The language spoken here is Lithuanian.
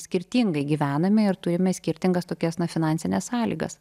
skirtingai gyvename ir turime skirtingas tokias na finansines sąlygas